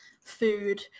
food